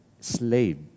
Slave